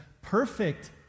perfect